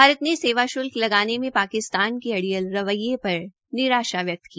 भारत ने सेवा श्ल्क लगाने में पाकिस्तान के अड्रियल रवक्षे पर निराशा व्यक्त की